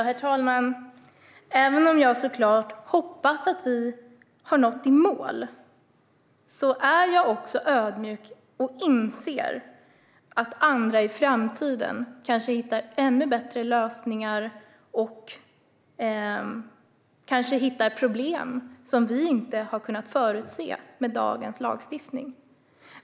Herr talman! Även om jag såklart hoppas att vi har nått i mål är jag också ödmjuk och inser att andra i framtiden kanske hittar ännu bättre lösningar och kanske hittar problem som vi inte har kunnat förutse med dagens lagstiftning.